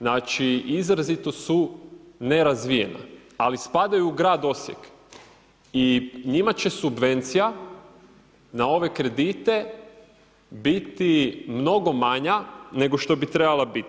Znači, izrazito su nerazvijena, ali spadaju u grad Osijek i njima će subvencija na ove kredite biti mnogo manje nego što bi trebala biti.